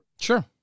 Sure